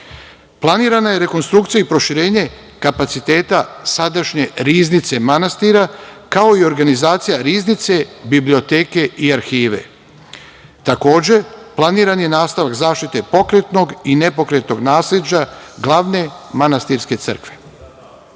dinara. Planirana je rekonstrukcija i proširenje kapaciteta sadašnje riznice manastira, kao i organizacija riznice, biblioteke i arhive. Takođe, planiran je nastavak zaštite pokretnog i nepokretnog nasleđa glavne manastirske